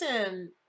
listen